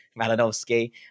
Malinowski